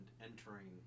entering